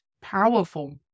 powerful